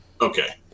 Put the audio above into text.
Okay